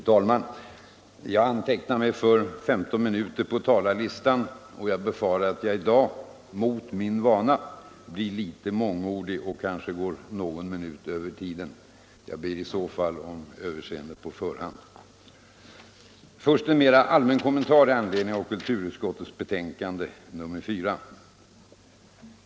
Fru talman! Jag har antecknat mig för 15 minuter på talarlistan, och jag befarar att jag i dag - mot min vana — blir litet mångordig och kanske talar någon minut över tiden. Jag ber i så fall om överseende på förhand. Först en mera allmän kommentar i anledning av kulturutskottets betänkande nr 4.